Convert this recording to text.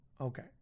Okay